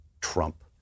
Trump